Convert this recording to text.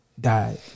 died